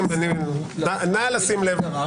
נא לשים לב.